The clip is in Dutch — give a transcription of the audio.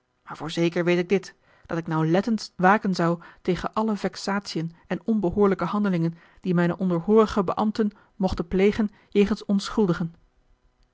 maar voorzeker weet ik dit dat ik nauwlettend waken zou tegen alle vexatiën en onbehoorlijke handelingen die mijne onderhoorige beambten mochten plegen jegens